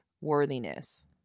worthiness